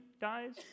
dies